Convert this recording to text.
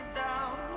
down